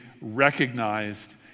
recognized